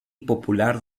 popular